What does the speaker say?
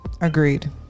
Agreed